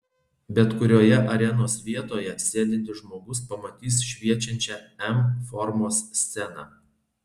bet kurioje arenos vietoje sėdintis žmogus pamatys šviečiančią m formos sceną